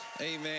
Amen